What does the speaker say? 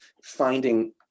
finding